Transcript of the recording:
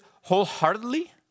wholeheartedly